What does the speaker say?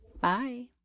Bye